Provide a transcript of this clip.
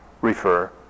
refer